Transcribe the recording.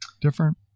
Different